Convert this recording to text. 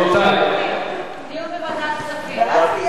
דיון בוועדת הכספים.